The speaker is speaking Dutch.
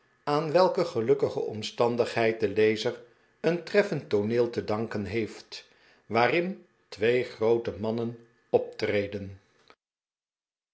aan welke gelukkige omstandigheid de lezer een treffend tooneel te danken heeft waarin twee groote mannen optreden